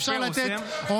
הוא